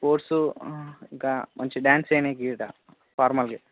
sports ఇంకా మంచి dance వేయడానికి కూడా ఫార్మల్గా